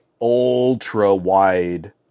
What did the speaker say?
ultra-wide